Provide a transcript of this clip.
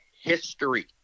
history